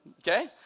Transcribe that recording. Okay